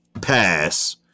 pass